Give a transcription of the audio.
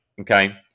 Okay